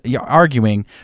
arguing